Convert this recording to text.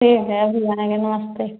ठीक है अभी आएँगे नमस्ते